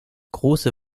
große